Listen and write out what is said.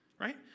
right